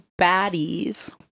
baddies